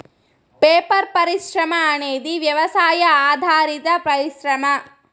paper పరిశ్రమ అనేది వ్యవసాయ ఆధారిత పరిశ్రమ